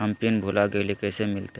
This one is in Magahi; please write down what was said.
हम पिन भूला गई, कैसे मिलते?